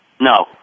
No